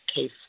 case